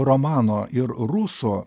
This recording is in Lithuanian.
romano ir ruso